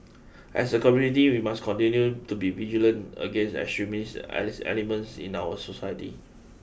as a community we must continue to be vigilant against extremist Alice elements in our society